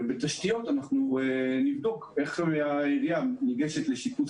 בתשתיות אנחנו נבדוק איך העירייה ניגשת לשיפוץ